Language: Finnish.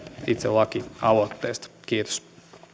itse lakialoitteesta kiitos